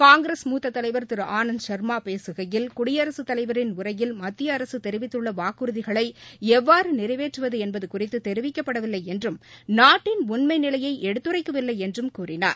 காங்கிரஸ் மூத்த தலைவர் திரு ஆனந்த் சர்மா பேசுகையில் குடியரசுத் தலைவரின் உரையில் மத்திய தெரிவித்துள்ள வாக்குறுதிகளை எவ்வாறு நிறைவேற்றுவது என்பது குறித்து தெரிவிக்கப்படவில்லை என்றும் நாட்டின் உண்மை நிலையை எடுத்துரைக்கவில்லை என்றும் கூறினார்